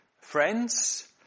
friends